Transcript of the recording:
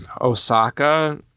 Osaka